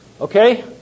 Okay